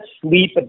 sleep